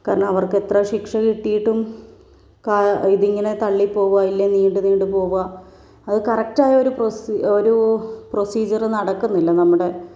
കാരണം അവർക്ക് എത്ര ശിക്ഷ കിട്ടിയിട്ടും ഇതിങ്ങനെ തള്ളിപ്പോകുക ഇല്ലെങ്കിൽ നീണ്ടു നീണ്ടു പോകുക അത് കറക്ട് ആയൊരു ഒരു പ്രൊസീജർ നടുക്കുന്നില്ല നമ്മുടെ